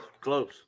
Close